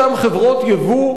שעושות רווחים,